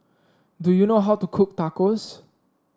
do you know how to cook Tacos